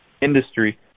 Industry